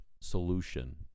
solution